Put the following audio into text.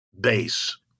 base